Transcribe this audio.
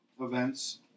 events